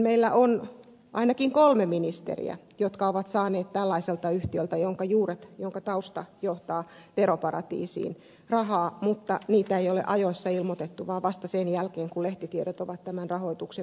meillä on ainakin kolme ministeriä jotka ovat saaneet rahaa tällaiselta yhtiöltä jonka juuret tausta johtavat veroparatiisiin mutta sitä ei ole ajoissa ilmoitettu vaan vasta sen jälkeen kun lehtitiedot ovat tämän rahoituksen paljastaneet